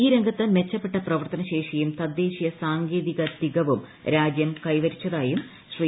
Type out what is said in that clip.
ഈ രംഗത്ത് മെച്ചപ്പെട്ട പ്രവർത്തന ശേഷിയും തദ്ദേശീയ സാങ്കേതിക തികവും രാജ്യം കൈവരിച്ചതായും ശ്രീ